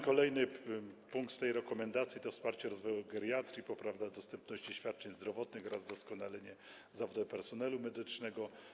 Kolejny punkt tej rekomendacji to wsparcie rozwoju geriatrii, poprawa dostępności świadczeń zdrowotnych oraz doskonalenie zawodowe personelu medycznego.